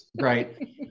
Right